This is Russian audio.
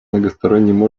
многосторонним